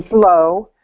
low,